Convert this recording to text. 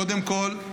קודם כול,